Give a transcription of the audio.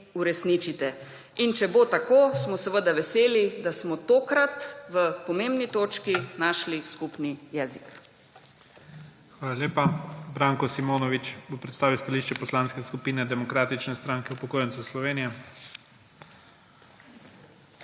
uresničite in če bo tako, smo seveda veseli, da smo tokrat v pomembni točki našli skupni jezik. **PREDSEDNIK IGOR ZORČIČ:** Hvala lepa. Branko Simonovič bo predstavil stališče Poslanske skupine Demokratične stranke upokojencev Slovenije.